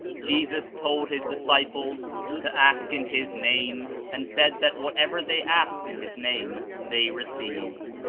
jesus told his disciples to ask in his name, and said that whatever they asked in his name, they received.